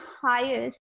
highest